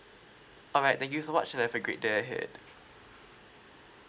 alright thank you so much and have a great day ahead